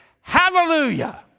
Hallelujah